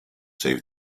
save